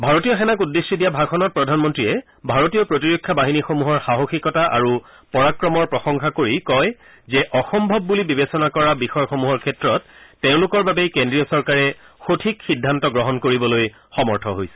ভাৰতীয় সেনাক উদ্দেশ্যি দিয়া ভাষণত প্ৰধানমন্ত্ৰীয়ে ভাৰতীয় প্ৰতিৰক্ষা বাহিনীসমূহৰ সাহসিকতা আৰু পৰাক্ৰমৰ প্ৰশংসা কৰি কয় যে অসম্ভৱ বুলি বিবেচনা কৰা বিষয়সমূহৰ ক্ষেত্ৰত তেওঁলোকৰ বাবেই কেন্দ্ৰীয় চৰকাৰে সঠিক সিদ্ধান্ত গ্ৰহণ কৰিবলৈ সমৰ্থ হৈছে